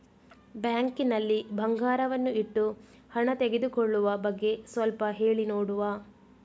Bank ನಲ್ಲಿ ಬಂಗಾರವನ್ನು ಇಟ್ಟು ಹಣ ತೆಗೆದುಕೊಳ್ಳುವ ಬಗ್ಗೆ ಸ್ವಲ್ಪ ಹೇಳಿ ನೋಡುವ?